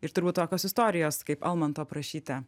ir turbūt tokios istorijos kaip almanto aprašyta